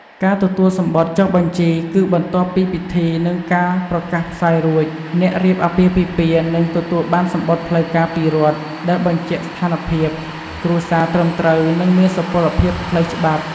ការទទួលសំបុត្រចុះបញ្ជីគឺបន្ទាប់ពីពិធី និងការប្រកាសផ្សាយរួច អ្នករៀបអាពាហ៍ពិពាហ៍នឹងទទួលបានសំបុត្រផ្លូវការពីរដ្ឋ ដែលបញ្ជាក់ស្ថានភាព គ្រួសារត្រឹមត្រូវ និងមានសុពលភាពផ្លូវច្បាប់។